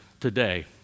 today